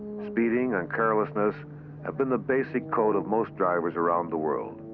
speeding and carelessness have been the basic code of most drivers around the world.